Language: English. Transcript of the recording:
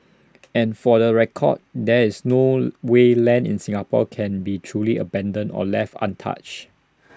and for the record there is no way land in Singapore can be truly abandoned or left untouched